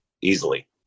easily